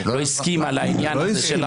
לא הסכימה לעניין הזה.